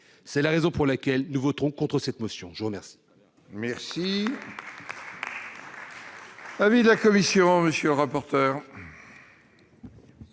C'est la raison pour laquelle nous voterons contre cette motion. Quel